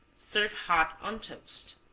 serve hot on toast.